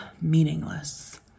meaningless